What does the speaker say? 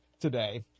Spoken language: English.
today